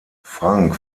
frank